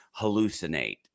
hallucinate